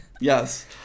yes